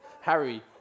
Harry